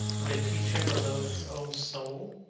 would it teach him to loathe his own soul?